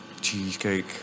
Cheesecake